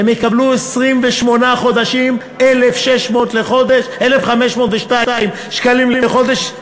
הן יקבלו 28 חודשים 1,502 שקלים לחודש,